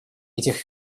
этих